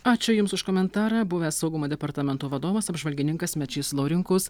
ačiū jums už komentarą buvęs saugumo departamento vadovas apžvalgininkas mečys laurinkus